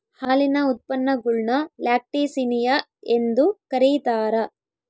ಹಾಲಿನ ಉತ್ಪನ್ನಗುಳ್ನ ಲ್ಯಾಕ್ಟಿಸಿನಿಯ ಎಂದು ಕರೀತಾರ